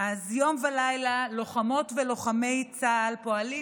אז יום ולילה לוחמות ולוחמי צה"ל פועלים